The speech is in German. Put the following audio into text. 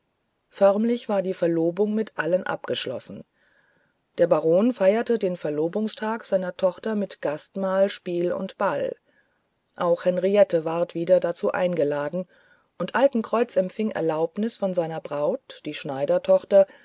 förmlich war die verlobung mit allen abgeschlossen der baron feierte den verlobungstag seiner tochter mit gastmahl spiel und ball auch henriette ward wieder dazu eingeladen und altenkreuz empfing erlaubnis von seiner braut die